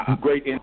great